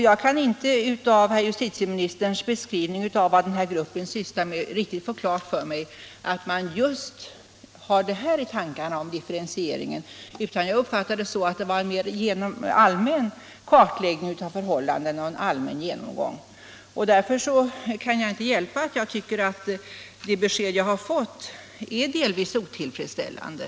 Jag kan inte av herr justitieministerns beskrivning av vad den här gruppen sysslar med riktigt få klart för mig att man har just det här med differentiering i tankarna. Jag uppfattar det så att det var en mer allmän kartläggning av förhållandena och en allmän genomgång. Därför kan jag inte hjälpa att jag tycker att det besked jag har fått är delvis otillfredsställande.